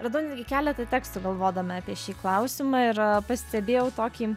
radau keletą tekstų galvodama apie šį klausimą ir pastebėjau tokį